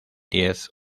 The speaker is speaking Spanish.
diez